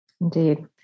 Indeed